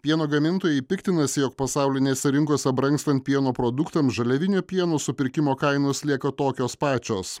pieno gamintojai piktinasi jog pasaulinėse rinkose brangstant pieno produktams žaliavinio pieno supirkimo kainos lieka tokios pačios